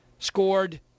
scored